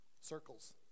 circles